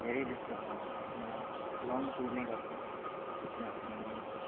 धेरै जस्तो म लङ टुर नै गर्छु किनभने म